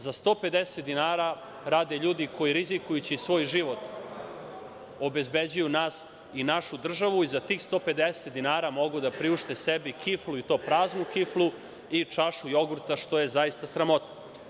Za 150 dinara rade ljudi koji rizikuju svoj život, obezbeđuju nas i našu državu i za tih 150 dinara mogu da priušte sebi kiflu, i to praznu kiflu, i čašu jogurta, što je zaista sramota.